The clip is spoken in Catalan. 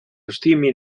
estime